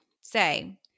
say